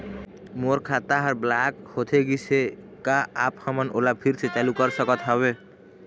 मोर खाता हर ब्लॉक होथे गिस हे, का आप हमन ओला फिर से चालू कर सकत हावे?